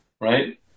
Right